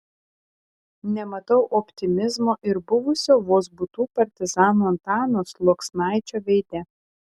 nematau optimizmo ir buvusio vozbutų partizano antano sluoksnaičio veide